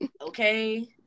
Okay